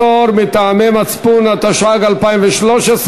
פטור מטעמי מצפון), התשע"ג 2013,